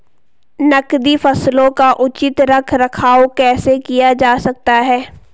नकदी फसलों का उचित रख रखाव कैसे किया जा सकता है?